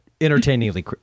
entertainingly